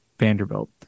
Vanderbilt